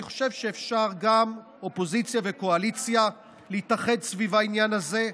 אני חושב שאפשר גם אופוזיציה וקואליציה להתאחד סביב העניין הזה.